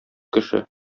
кеше